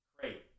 Great